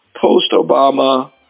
post-Obama